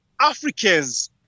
Africans